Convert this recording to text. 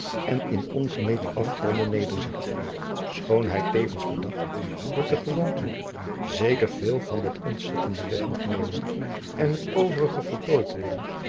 en in ongemeten afgronden nederziet schoon hij tevens bedacht dat de gewoonte zeker veel van dat ontzettende weg moet nemen en het overige voltooid worden